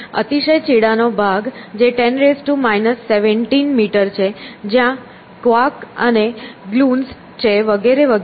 અતિશય છેડાનો ભાગ જે 10 17 મીટર છે જ્યાં ક્વાર્ક અને ગ્લુન્સ છે વગેરે વગેરે